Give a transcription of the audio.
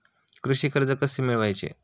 कृषी कर्ज कसे मिळवायचे?